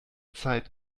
zeit